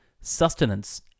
sustenance